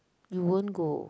you won't go